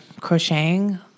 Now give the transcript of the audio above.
crocheting